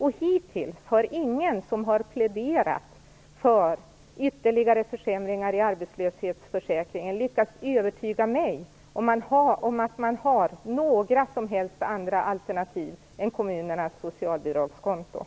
Hittills har ingen som har pläderat för ytterligare försämringar i arbetslöshetsförsäkringen lyckats övertyga mig om att man har några som helst andra alternativ än kommunernas socialbidragskonton.